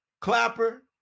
Clapper